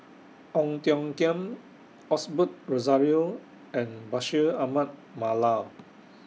Ong Tiong Khiam Osbert Rozario and Bashir Ahmad Mallal